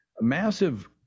massive